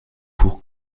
pour